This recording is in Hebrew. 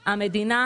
אציג.